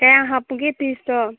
ꯀꯌꯥ ꯍꯥꯞꯄꯨꯒꯦ ꯄꯤꯁꯇꯣ